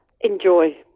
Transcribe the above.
Enjoy